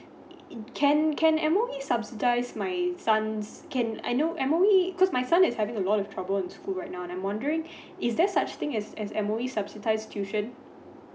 can can M_O_E subsidise my sons can I know M_O_E cause my son is having a lot of trouble in school right now and I'm wondering is there such thing as as M_O_E subsidised tuition